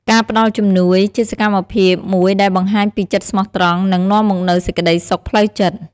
ការផ្តល់ជំនួយ ជាសកម្មភាពមួយដែលបង្ហាញពីចិត្តស្មោះត្រង់ និងនាំមកនូវសេចក្តីសុខផ្លូវចិត្ត។